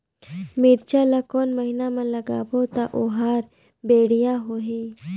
मिरचा ला कोन महीना मा लगाबो ता ओहार बेडिया होही?